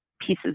pieces